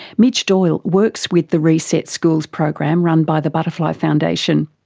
mitch doyle works with the reset schools program run by the butterfly foundation.